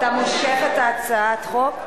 אתה מושך את הצעת החוק?